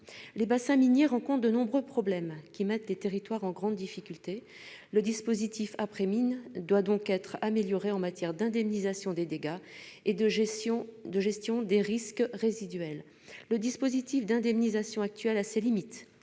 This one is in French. Les bassins miniers rencontrent de nombreux problèmes, qui mettent les territoires en grande difficulté. Le dispositif après-mine doit donc être amélioré, qu'il s'agisse de l'indemnisation des dégâts ou de la gestion des risques résiduels. Le dispositif d'indemnisation actuel a ses limites